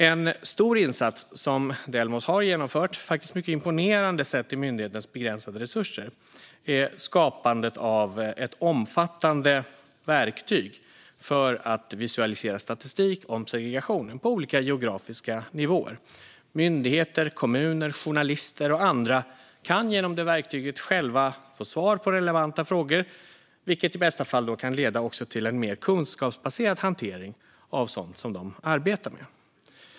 En stor insats som Delmos har genomfört, vilket faktiskt är mycket imponerande sett till myndighetens begränsade resurser, är skapandet av ett omfattande verktyg för att visualisera statistik om segregationen på olika geografiska nivåer. Myndigheter, kommuner, journalister och andra kan genom det verktyget själva få svar på relevanta frågor, vilket i bästa fall också kan leda till en mer kunskapsbaserad hantering av sådant som de arbetar med.